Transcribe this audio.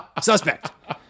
suspect